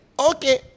Okay